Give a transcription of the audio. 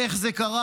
איך זה קרה,